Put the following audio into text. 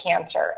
cancer